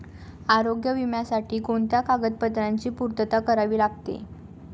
आरोग्य विम्यासाठी कोणत्या कागदपत्रांची पूर्तता करावी लागते?